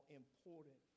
important